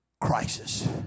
crisis